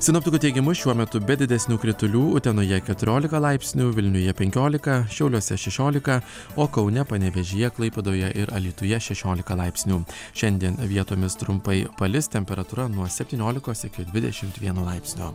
sinoptikų teigimu šiuo metu be didesnių kritulių utenoje keturiolika laipsnių vilniuje penkiolika šiauliuose šešiolika o kaune panevėžyje klaipėdoje ir alytuje šešiolika laipsnių šiandien vietomis trumpai palis temperatūra nuo septyniolikos iki dvidešimt vieno laipsnio